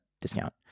discount